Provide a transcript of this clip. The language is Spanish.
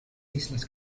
islas